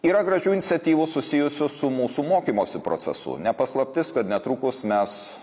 yra gražių iniciatyvų susijusių su mūsų mokymosi procesu ne paslaptis kad netrukus mes